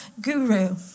guru